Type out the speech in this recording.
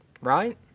right